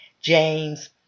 James